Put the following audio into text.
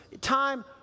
time